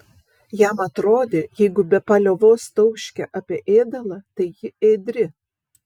jam atrodė jeigu be paliovos tauškia apie ėdalą tai ji ėdri